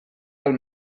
pel